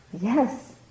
Yes